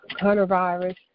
coronavirus